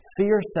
Fear